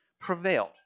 prevailed